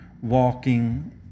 Walking